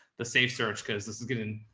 the safe search. cause this is getting,